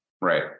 Right